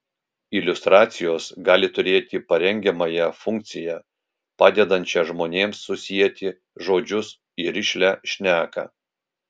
iliustracijos gali turėti parengiamąją funkciją padedančią žmonėms susieti žodžius į rišlią šneką